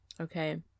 Okay